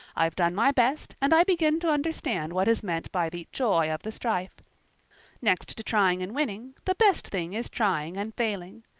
i've done my best and i begin to understand what is meant by the joy of the strife next to trying and winning, the best thing is trying and failing.